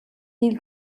dil